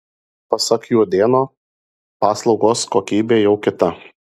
pasak juodėno paslaugos kokybė jau kita